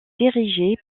dirigé